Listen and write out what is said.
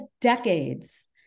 decades